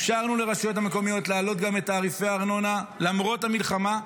אפשרנו לרשויות המקומיות להעלות גם את תעריפי הארנונה למרות המלחמה.